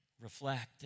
reflect